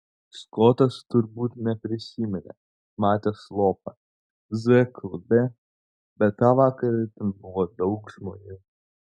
skotas turbūt neprisiminė matęs lopą z klube bet tą vakarą ten buvo daug žmonių